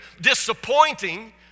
disappointing